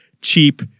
cheap